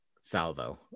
salvo